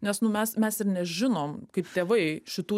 nes nu mes mes ir nežinom kaip tėvai šitų